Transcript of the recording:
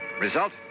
Result